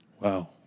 Wow